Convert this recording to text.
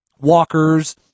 walkers